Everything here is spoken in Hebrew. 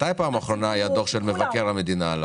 מתי בפעם האחרונה היה דוח של מבקר המדינה על לפ"מ?